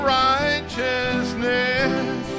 righteousness